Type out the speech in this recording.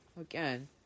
Again